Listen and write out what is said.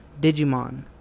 Digimon